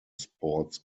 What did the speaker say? sports